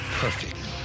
perfect